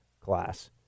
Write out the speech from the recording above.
class